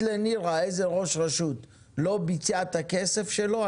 לנירה איזה ראש רשות לא ביצע את הכסף שלו.